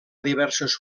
diverses